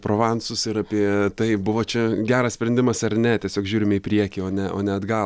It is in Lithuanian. provansas ir apie tai buvo čia geras sprendimas ar ne tiesiog žiūrime į priekį o ne o ne atgal